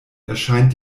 erscheint